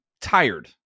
tired